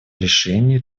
решении